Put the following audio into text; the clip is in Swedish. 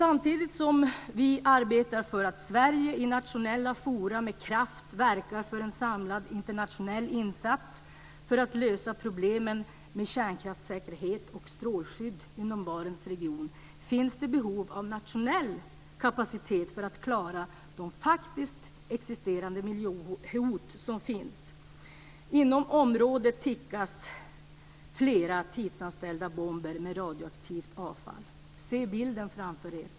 Samtidigt som vi arbetar för att Sverige i olika internationella forum med kraft verkar för en samlad internationell insats för att lösa problemen med kärnkraftssäkerhet och strålskydd inom Barentsregionen finns det behov av nationell kapacitet för att klara de faktiskt existerande miljöhot som finns. Inom området tickar flera tidsinställda bomber med radioaktivt avfall.